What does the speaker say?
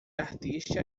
artista